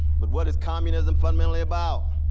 but what is communism fundamentally about?